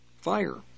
fire